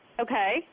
Okay